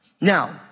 Now